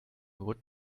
would